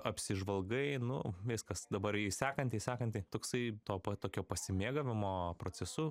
apsižvalgai nu viskas dabar į sekantį sekantį toksai topa tokio pasimėgavimo procesu